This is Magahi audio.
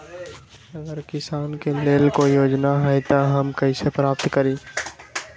अगर किसान के लेल कोई योजना है त हम कईसे प्राप्त करी?